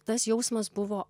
tas jausmas buvo